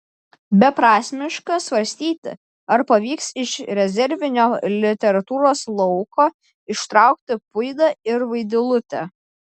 beprasmiška svarstyti ar pavyks iš rezervinio literatūros lauko ištraukti puidą ir vaidilutę